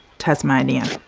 tasmania.